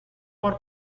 por